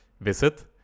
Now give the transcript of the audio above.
Visit